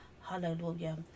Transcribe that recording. Hallelujah